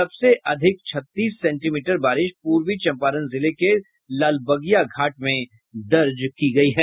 सबसे अधिक छत्तीस सेंटीमीटर बारिश पूर्वी चंपारण जिले के लालबगिया घाट में दर्ज की गयी है